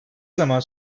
zaman